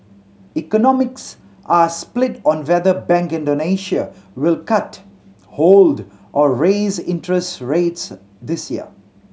economists are split on whether Bank Indonesia will cut hold or raise interest rates this year